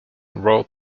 wrote